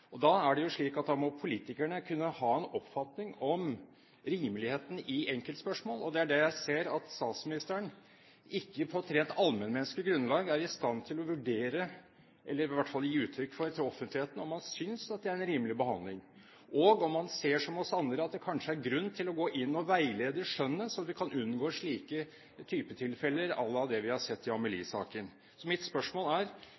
Da må politikerne kunne ha en oppfatning om rimeligheten i enkeltspørsmål, og jeg ser at statsministeren på et rent allmennmenneskelig grunnlag ikke er i stand til å vurdere, eller i hvert fall til å gi uttrykk for til offentligheten, om han synes det er en rimelig behandling, og om han ser, som oss andre, at det kanskje er grunn til å gå inn og veilede skjønnet slik at vi kan unngå slike typer tilfeller som det vi har sett i Maria Amelie-saken. Så mitt spørsmål er,